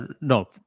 No